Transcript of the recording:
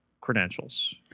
credentials